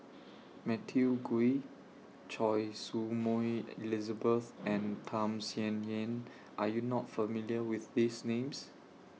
Matthew Ngui Choy Su Moi Elizabeth and Tham Sien Yen Are YOU not familiar with These Names